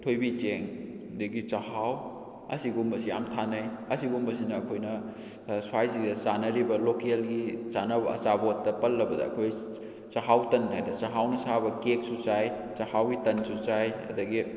ꯊꯣꯏꯕꯤ ꯆꯦꯡ ꯑꯗꯒꯤ ꯆꯥꯛꯍꯥꯎ ꯑꯁꯤꯒꯨꯝꯕꯁꯤ ꯌꯥꯝ ꯊꯥꯅꯩ ꯑꯁꯤꯒꯨꯝꯕꯁꯤꯅ ꯑꯩꯈꯣꯏꯅ ꯁ꯭ꯋꯥꯏꯁꯤꯗ ꯆꯥꯟꯅꯔꯤꯕ ꯂꯣꯀꯦꯜꯒꯤ ꯆꯥꯟꯅꯕ ꯑꯆꯥꯄꯣꯠꯇ ꯄꯜꯂꯕꯗ ꯑꯩꯈꯣꯏ ꯆꯥꯛꯍꯥꯎ ꯇꯟ ꯍꯥꯏꯗꯅ ꯆꯥꯛꯍꯥꯎꯅ ꯁꯥꯕ ꯀꯦꯛꯁꯨ ꯆꯥꯏ ꯆꯥꯛꯍꯥꯎꯒꯤ ꯇꯟꯁꯨ ꯆꯥꯏ ꯑꯗꯒꯤ